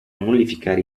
nullificare